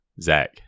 Zach